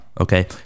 Okay